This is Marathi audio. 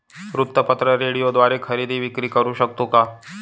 वृत्तपत्र, रेडिओद्वारे खरेदी विक्री करु शकतो का?